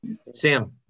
Sam